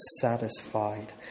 satisfied